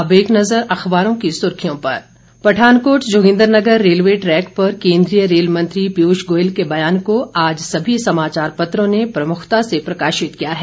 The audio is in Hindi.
अब एक नजर अखबारों की सुर्खियों पर पठानकोट जोगिंद्रनगर रेलवे ट्रैक पर केंद्रीय रेल मंत्री पीयूष गोयल के बयान को आज सभी समाचार पत्रों ने प्रमुखता से प्रकाशित किया है